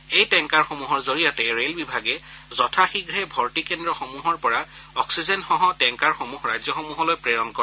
এই টেংকাৰসমূহৰ জৰিয়তে ৰেল বিভাগে যথাশীয়ে ভৰ্তিকেদ্ৰসমূহৰ পৰা অক্সিজেনসহ ৰাজ্যসমূহলৈ প্ৰেৰণ কৰে